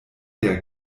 der